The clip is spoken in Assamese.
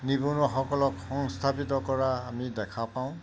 নিবনুৱাসকলক সংস্থাপিত কৰা আমি দেখা পাওঁ